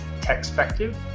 techspective